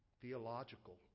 theological